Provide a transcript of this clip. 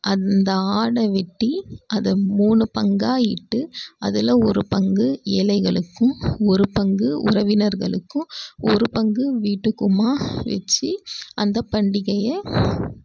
அந்த ஆட்ட வெட்டி அதை மூணு பங்காக இட்டு அதில் ஒரு பங்கு ஏழைகளுக்கும் ஒரு பங்கு உறவினர்களுக்கும் ஒரு பங்கு வீட்டுக்குமாக வெச்சு அந்த பண்டிகையை